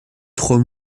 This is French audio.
trois